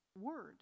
word